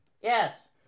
Yes